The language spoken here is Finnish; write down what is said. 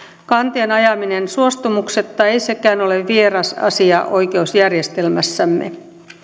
kanteen ajaminen suostumuksetta ei sekään ole vieras asia oikeusjärjestelmässämme